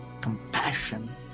compassion